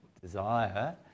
desire